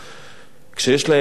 כשיש להם אזכרות,